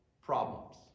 problems